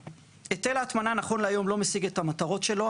היטל ההטמנה נכון להיום לא משיג את המטרות שלו,